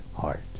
Heart